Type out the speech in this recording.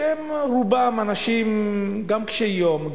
שרובם הם אנשים גם קשי יום,